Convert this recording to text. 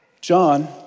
John